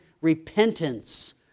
repentance